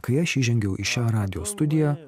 kai aš įžengiau į šio radijo studiją